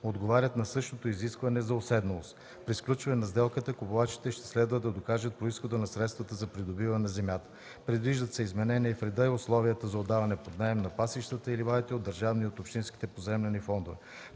отговарят на същото изискване за уседналост. При сключване на сделката купувачите ще следва да докажат произхода на средствата за придобиване на земята. Предвиждат се изменения и в реда и условията за отдаване под наем на пасищата и ливадите от държавния и от общинския поземлени фондове.